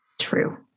True